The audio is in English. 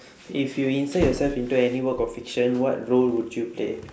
if you insert yourself into any work of fiction what role would you play